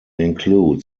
include